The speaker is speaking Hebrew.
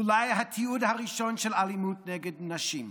אולי התיעוד הראשון של אלימות נגד נשים.